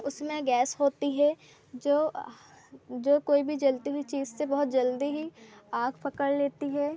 उसमें गैस होती है जो जो कोई भी जलती हुई चीज़ से बहुत जल्दी ही आग पकड़ लेती है